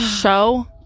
show